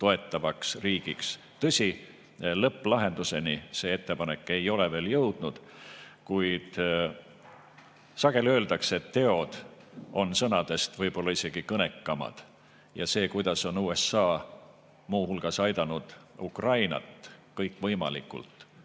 toetavaks riigiks. Tõsi, lõpplahenduseni see ettepanek ei ole veel jõudnud. Kuid sageli öeldakse, et teod on sõnadest võib-olla isegi kõnekamad. Ja ka see, kuidas on USA muu hulgas aidanud Ukrainat kõikvõimalikul